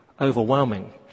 overwhelming